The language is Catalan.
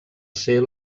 ser